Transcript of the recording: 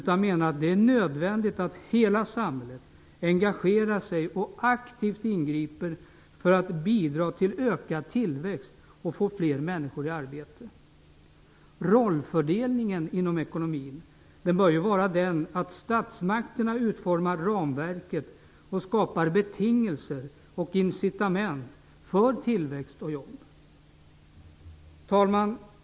Vi menar att det är nödvändigt att hela samhället engagerar sig och aktivt ingriper för att bidra till ökad tillväxt och få fler människor i arbete. Rollfördelningen inom ekonomin bör vara den att statsmakterna utformar ramverket och skapar betingelser och incitament för tillväxt och jobb. Herr talman!